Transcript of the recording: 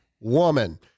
woman